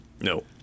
no